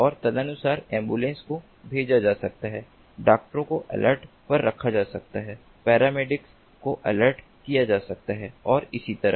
और तदनुसार एंबुलेंस को भेजा जा सकता है डॉक्टरों को अलर्ट पर रखा जा सकता है पैरामेडिक्स को अलर्ट किया जा सकता है और इसी तरह